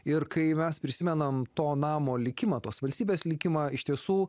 ir kai mes prisimenam to namo likimą tos valstybės likimą iš tiesų